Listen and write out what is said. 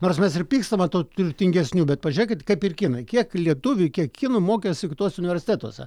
nors mes ir pykstam ant tų turtingesnių bet pažiūrėkit kaip ir kinai kiek lietuvių kiek kinų mokėsi tuose universitetuose